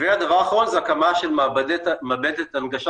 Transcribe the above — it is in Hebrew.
והדבר האחרון זה הקמה של מעבדת הנגשה